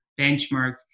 benchmarks